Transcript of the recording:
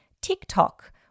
TikTok